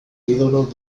ídolos